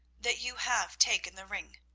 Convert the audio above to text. that you have taken the ring.